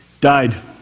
died